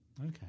Okay